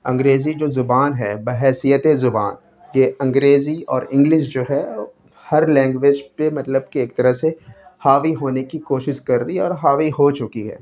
انگریزی جو زبان ہے بحیثیت زبان یہ انگریزی اور انگلش جو ہے ہر لنگویج پہ مطلب کہ ایک طرح سے حاوی ہونے کی کوشش کر رہی ہے اور حاوی ہو چکی ہے